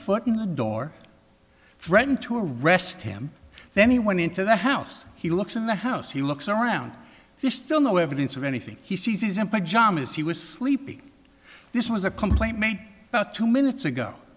foot in the door threatened to arrest him then he went into the house he looks in the house he looks around there's still no evidence of anything he sees in pajamas he was sleeping this was a complaint made about two minutes ago